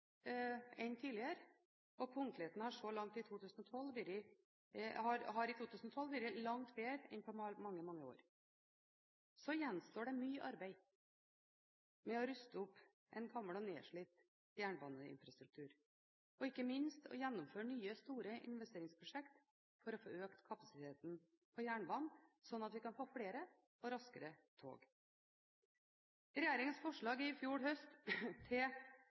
enn tidligere, og punktligheten har i 2012 vært langt bedre enn på mange, mange år. Så gjenstår det mye arbeid med å ruste opp en gammel og nedslitt jernbaneinfrastruktur og ikke minst å gjennomføre nye, store investeringsprosjekt for å få økt kapasiteten på jernbanen, slik at vi kan få flere og raskere tog. Regjeringens forslag til statsbudsjett i fjor høst innebar at en økte investeringsbudsjettet for jernbanen med 1,4 mrd. kr, til